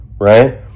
right